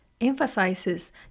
emphasizes